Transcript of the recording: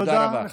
תודה רבה.